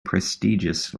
prestigious